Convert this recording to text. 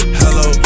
hello